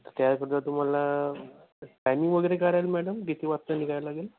त्यासुद्धा तुम्हाला टायमिंग वगैरे काय राहील मॅडम किती वाजता निघाय लागेल